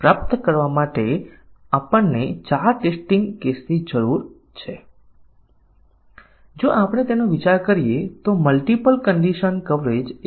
અને સામાન્ય રીતે આપણે 100 ટકા નિવેદન કવરેજની અપેક્ષા કરીએ છીએ સિવાય કે આપણી પાસે પહોંચ ન શકાય તેવો કોડ ન હોય આપણને 100 ટકા નિવેદન કવરેજ જોઈએ